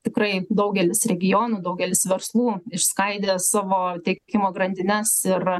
tikrai daugelis regionų daugelis verslų išskaidė savo tiekimo grandines ir